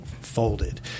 folded